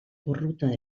porrota